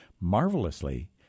Marvelously